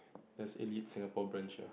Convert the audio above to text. there's elite Singapore branch uh